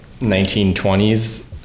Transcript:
1920s